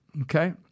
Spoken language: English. Okay